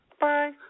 Bye